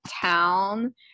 town